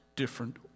different